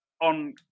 on